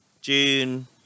June